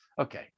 Okay